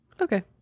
Okay